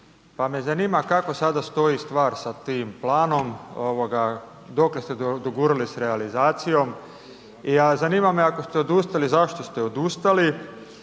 pa me zanima kako sada stoji stvar sa tim planom, dokle ste dogurali sa realizacijom. Zanima me ako ste odustali, zašto ste odustali